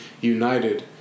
united